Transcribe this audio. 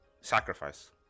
sacrifice